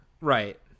Right